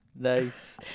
nice